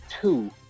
two